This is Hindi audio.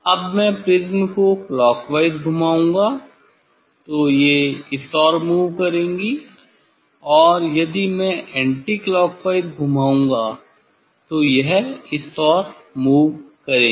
जब मैं प्रिज्म को क्लॉकवाइज घुमाऊंगा तो ये इस ओर मूव करेंगी या यदि मैं एंटीक्लॉकवाइज घुमाऊंगा तो यह इस ओर मूव करेंगी